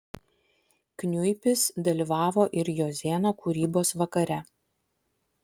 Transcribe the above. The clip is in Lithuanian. kniuipis dalyvavo ir jozėno kūrybos vakare